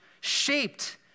shaped